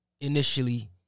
initially